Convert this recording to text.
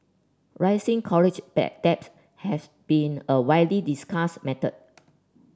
rising college debt has been a widely discussed matter